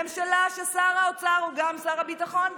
ממשלה ששר האוצר הוא גם שר הביטחון,